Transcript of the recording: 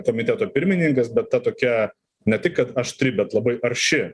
komiteto pirmininkas bet ta tokia ne tik kad aštri bet labai arši